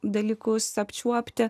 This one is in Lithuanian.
dalykus apčiuopti